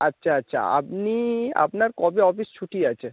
আচ্ছা আচ্ছা আপনি আপনার কবে অফিস ছুটি আছে